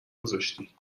گذاشتی